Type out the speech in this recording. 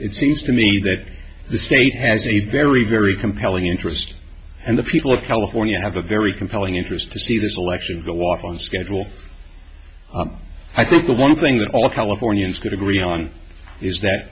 it seems to me that the state has a very very compelling interest and the people of california have a very compelling interest to see this election go off on schedule i think the one thing that all californians could agree on is that